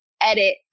edit